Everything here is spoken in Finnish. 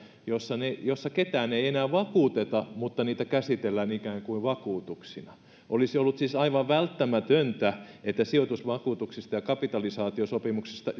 jossa ketään ei enää vakuuteta mutta niitä käsitellään ikään kuin vakuutuksina olisi ollut siis aivan välttämätöntä että sijoitusvakuutuksista ja kapitalisaatiosopimuksista